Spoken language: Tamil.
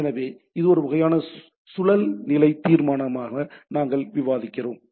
எனவே இது ஒரு வகையான சுழல்நிலை தீர்மானமாக நாங்கள் விவாதிக்கிறோம்